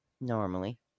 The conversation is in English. Normally